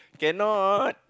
cannot